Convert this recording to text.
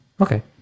Okay